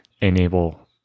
enable